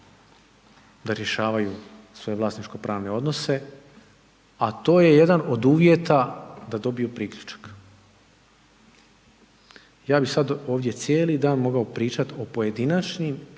da rješavaju svoje vlasničko pravne odnose, a to je jedan od uvjeta da dobiju priključak. Ja bi sada ovdje cijeli dan mogao pričati o pojedinačnim,